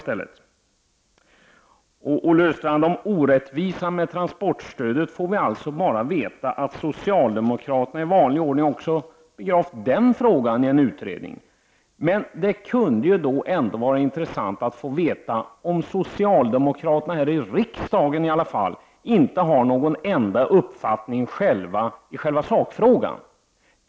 När det gäller orättvisan med transportstödet får vi bara veta att socialdemokraterna i vanlig ordning har begravt även denna fråga i en utredning. Det kunde då vara intressant att få veta om ändå inte socialdemokraterna här i riksdagen har någon enda uppfattning i själva sakfrågan.